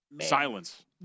Silence